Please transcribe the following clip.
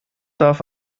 darf